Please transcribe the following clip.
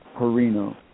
Perino